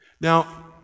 Now